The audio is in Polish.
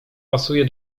pasuje